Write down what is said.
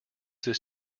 this